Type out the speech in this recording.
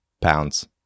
pounds